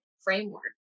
framework